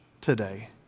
today